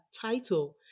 title